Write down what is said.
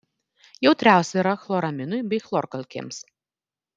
jautriausia yra chloraminui bei chlorkalkėms